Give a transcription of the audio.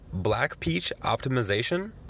blackpeachoptimization